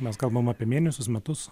mes kalbam apie mėnesius metus